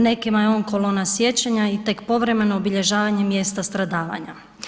Nekima je on kolona sjećanja i tek povremeno obilježavanje mjesta stradavanja.